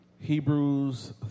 Hebrews